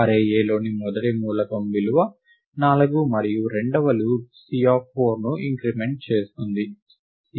array Aలోని మొదటి మూలకం విలువ 4 మరియు రెండవ లూప్ C4 ని ఇంక్రిమెంట్ చేస్తుంది